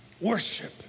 Worship